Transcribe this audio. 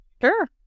Sure